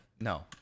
No